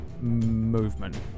movement